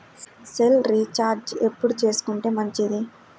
Cell recharge ఎప్పుడు చేసుకొంటే మంచిది?